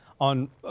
on